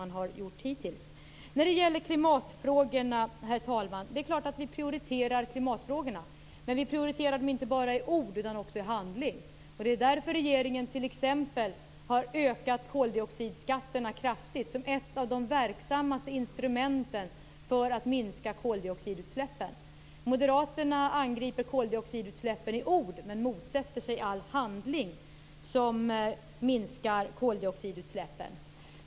När det gäller klimatfrågorna är det, herr talman, klart att vi prioriterar dessa, men vi prioriterar dem inte bara i ord utan också i handling. Det är t.ex. därför som regeringen kraftigt har ökat koldioxidskatterna som ett av de verksammaste instrumenten för att minska koldioxidutsläppen. Moderaterna angriper koldioxidutsläppen i ord men motsätter sig all handling som minskar dessa utsläpp.